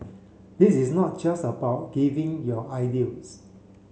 this is not just about giving your ideas